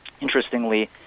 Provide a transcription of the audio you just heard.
Interestingly